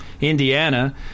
Indiana